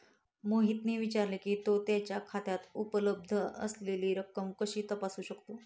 मोहितने विचारले की, तो त्याच्या खात्यात उपलब्ध असलेली रक्कम कशी तपासू शकतो?